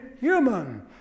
human